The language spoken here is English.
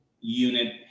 unit